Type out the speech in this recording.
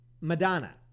madonna